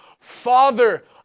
Father